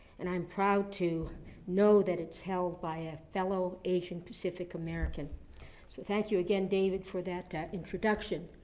and i'm proud to know that it's held by a fellow asian-pacific american. so thank you again, david, for that introduction.